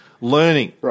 learning